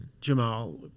Jamal